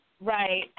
Right